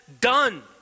done